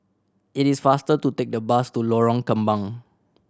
it is faster to take the bus to Lorong Kembang